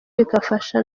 bikabafasha